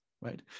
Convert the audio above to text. right